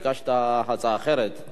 ביקשת הצעה אחרת.